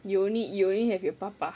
you only you only have your papa